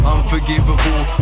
Unforgivable